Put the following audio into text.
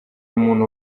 umuntu